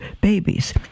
babies